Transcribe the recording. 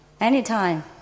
anytime